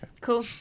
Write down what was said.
cool